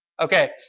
Okay